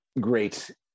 great